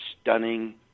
stunning